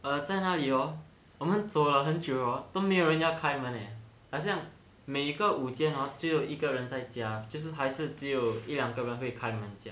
err 在那里 hor 我们走了很久 hor 都没有人家要开门 leh 好像每个五间 hor 只有一个人在家就是还是只有一两个人会开门这样